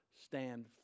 stand